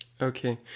Okay